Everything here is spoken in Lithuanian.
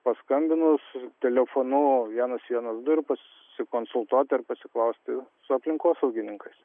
paskambinus telefonu vienas vienas du ir pasikonsultuoti ar pasiklausti su aplinkosaugininkais